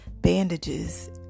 bandages